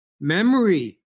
memory